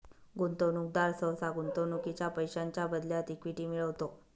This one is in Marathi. गुंतवणूकदार सहसा गुंतवणुकीच्या पैशांच्या बदल्यात इक्विटी मिळवतो